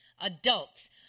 Adults